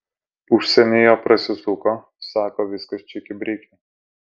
užsienyje prasisuko sako viskas čiki briki